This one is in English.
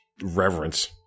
reverence